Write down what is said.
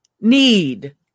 need